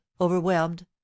overwhelmed